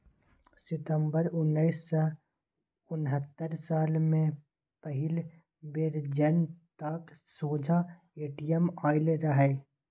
सितंबर उन्नैस सय उनहत्तर साल मे पहिल बेर जनताक सोंझाँ ए.टी.एम आएल रहय